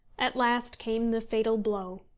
at last came the fatal blow.